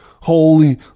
holy